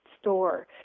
store